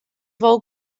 wol